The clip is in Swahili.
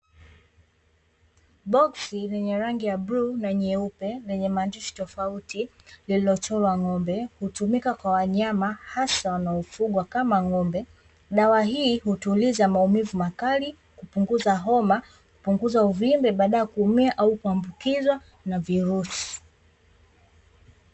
Boksi lenye rangi ya bluu na nyeupe lenye maandishi tofauti lililochorwa ng'ombe, hutumika kwa wanyama haswa wanaofugwa kama ng'ombe. Dawa hii hutuliza maumivu makali, hupunguza homa, hupunguza uvimbe baada ya kuumia au kuambukizwa na virusi.